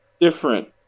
different